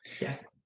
Yes